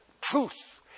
truth